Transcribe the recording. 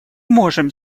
можем